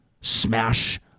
smash